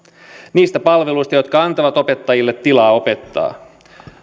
niistä palveluista jotka antavat opettajille tilaa opettaa